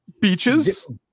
beaches